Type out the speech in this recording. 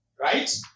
Right